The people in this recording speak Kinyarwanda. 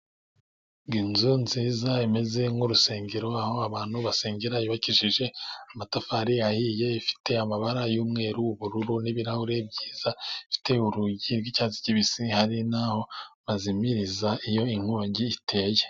Inzu nziza imeze nk'urusengero aho abantu basengera. Yubakishije amatafari ahiye, ifite amabara y'umweru, ubururu n'ibirahure byiza. Ifite urugi rw'icyatsi kibisi, hari n'aho bazimiriza iyo inkongi iteye.